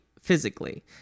physically